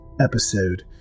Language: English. episode